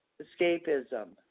escapism